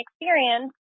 experience